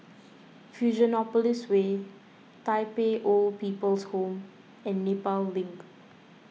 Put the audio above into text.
Fusionopolis Way Tai Pei Old People's Home and Nepal Link